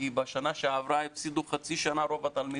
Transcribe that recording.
כי בשנה שעברה רוב התלמידים הפסידו חצי שנה.